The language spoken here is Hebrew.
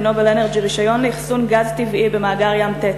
ו"נובל אנרג'י" רישיון לאחסון גז טבעי במאגר "ים תטיס"